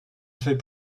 fait